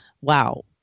wow